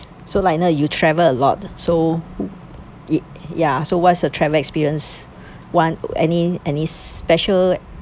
so lional you travel a lot so it ya so what's your travel experience one any any special